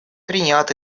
тринидад